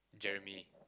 Jeremy